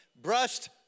brushed